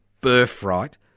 birthright